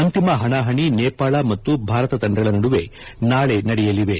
ಅಂತಿಮ ಹಣಾಹಣಿ ನೇಪಾಳ ಮತ್ತು ಭಾರತ ತಂಡಗಳ ನಡುವೆ ನಾಳೆ ನಡೆಯಲಿವೆ